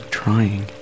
trying